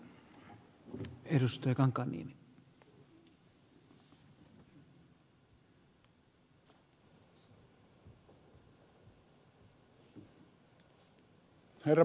herra puhemies